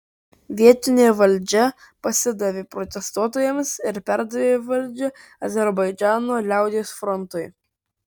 vietinė valdžia pasidavė protestuotojams ir perdavė valdžią azerbaidžano liaudies frontui